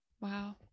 Wow